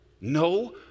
No